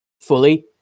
fully